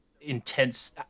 intense